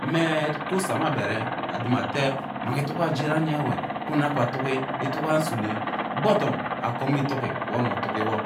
Mme ke usome agbere adome ete nang itigia ajeranpni kwune akwu atigi nsune gboogen akom itigi we ono itigi wo